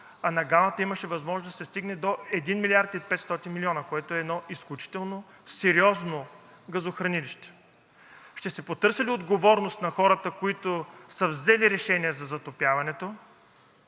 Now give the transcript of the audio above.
а на „Галата“ имаше възможност да се стигне до 1 млрд. и 500 милиона, което е едно изключително сериозно газохранилище? Ще се потърси ли отговорност на хората, които са взели решение за затопяването